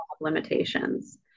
limitations